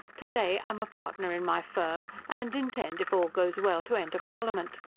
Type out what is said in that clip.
to-day i am a partner in my firm, and intend, if all goes well, to enter parliament.